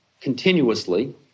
continuously